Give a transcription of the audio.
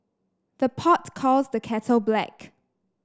the pot calls the kettle black